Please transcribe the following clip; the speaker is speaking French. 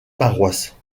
paroisse